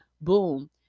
boom